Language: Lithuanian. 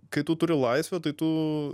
kai tu turi laisvę tai tu